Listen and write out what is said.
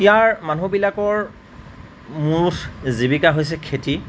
ইয়াৰ মানুহবিলাকৰ মুঠ জীৱিকা হৈছে খেতি